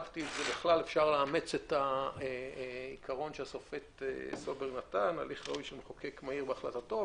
אפשר לאמץ את העיקרון שהשופט סולברג נתן על מחוקק מהיר במלאכתו.